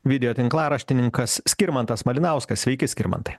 video tinklaraštininkas skirmantas malinauskas sveiki skirmantai